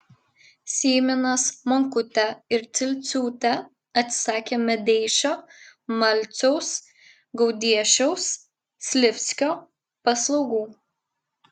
syminas monkutė ir cilciūtė atsisakė medeišio malciaus gaudiešiaus slivskio paslaugų